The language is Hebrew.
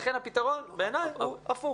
לכן הפתרון, בעיניי, הוא הפוך.